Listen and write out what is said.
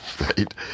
right